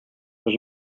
les